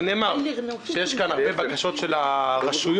ונאמר שיש כאן הרבה בקשות של הרשויות.